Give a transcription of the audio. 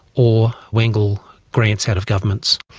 or wangle grants out of governments.